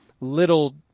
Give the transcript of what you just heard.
little